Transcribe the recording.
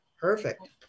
Perfect